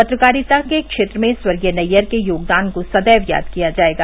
पत्रकारिता के क्षेत्र में स्वर्गीय नैयर के योगदान को सदैव याद किया जायेगा